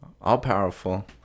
All-powerful